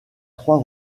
trois